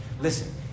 Listen